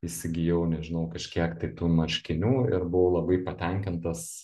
įsigijau nežinau kažkiek tai tų marškinių ir buvau labai patenkintas